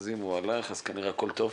אם הוא הלך אז כנראה הכול טוב.